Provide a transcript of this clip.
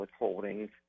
withholdings